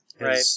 right